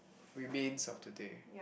remains of today